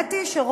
והאמת היא שרוב